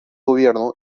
gobierno